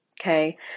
okay